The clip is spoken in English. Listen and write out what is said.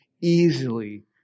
easily